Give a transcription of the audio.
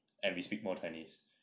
and we speak more chinese